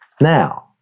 Now